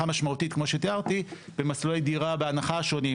משמעותית כמו שתיארתי במסלולי דירה בהנחה השונים,